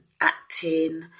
acting